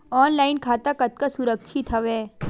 Online खाता कतका सुरक्षित हवय?